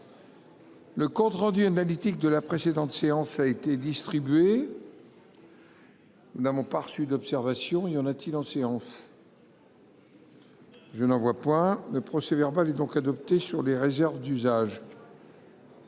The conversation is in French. Le compte rendu analytique de la précédente séance a été distribué. Nous n'avons pas reçu d'observation il y en a-t-il en séance. Je n'en vois point le procès verbal est donc adopté sur les réserves d'usage.